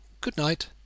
good-night